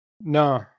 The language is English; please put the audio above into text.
No